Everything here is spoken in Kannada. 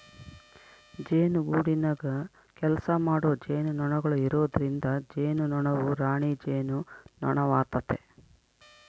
ಜೇನುಗೂಡಿನಗ ಕೆಲಸಮಾಡೊ ಜೇನುನೊಣಗಳು ಇರೊದ್ರಿಂದ ಜೇನುನೊಣವು ರಾಣಿ ಜೇನುನೊಣವಾತತೆ